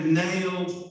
nailed